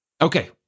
Okay